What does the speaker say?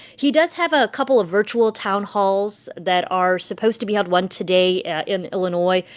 he does have a couple of virtual town halls that are supposed to be held one today in illinois,